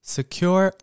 Secure